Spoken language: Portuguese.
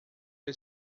the